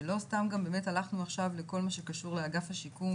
לא סתם גם באמת הלכנו עכשיו לכל מה שקשור לאגף השיקום,